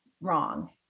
wrong